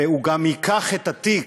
והוא גם ייקח את התיק,